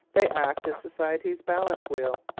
they act as society's balance wheel.